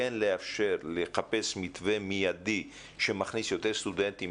כן לחפש מתווה מידי שמכניס יותר סטודנטים